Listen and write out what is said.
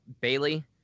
Bailey